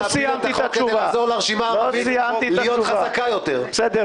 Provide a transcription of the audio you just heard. להפיל את החוק כדי לעזור לרשימה הערבית להיות חזקה יותר,